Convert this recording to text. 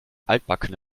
altbacken